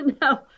No